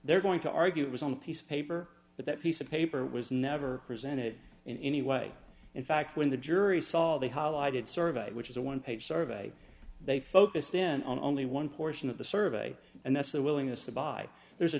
they're going to argue it was on a piece of paper but that piece of paper was never presented in any way in fact when the jury saw they highlighted survey which is a one page survey they focused in on only one portion of the survey and that's their willingness to buy there's a